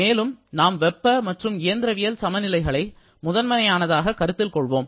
மேலும் நாம் வெப்ப மற்றும் இயந்திரவியல் சமநிலைகளை முதன்மையானதாக கருத்தில் கொள்வோம்